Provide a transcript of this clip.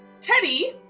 Teddy